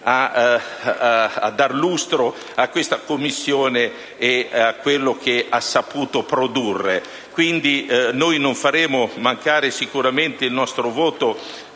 a dare lustro a questa Commissione e a quello che ha saputo produrre. Noi non faremo mancare il nostro voto